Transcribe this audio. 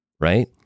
right